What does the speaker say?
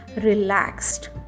relaxed